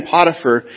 Potiphar